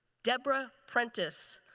debra prentiss,